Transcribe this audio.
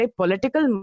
political